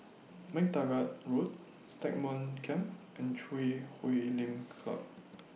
MacTaggart Road Stagmont Camp and Chui Huay Lim Club